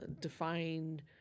defined